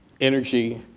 energy